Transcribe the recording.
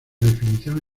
definición